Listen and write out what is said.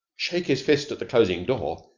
shake his fist at the closing door,